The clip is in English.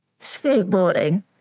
skateboarding